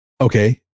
okay